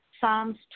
Psalms